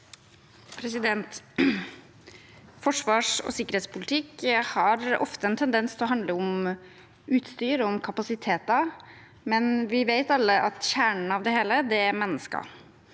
Forsvars- og sikkerhets- politikk har ofte en tendens til å handle om utstyr og om kapasiteter, men vi vet alle at kjernen i det hele er mennesker.